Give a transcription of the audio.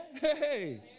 Hey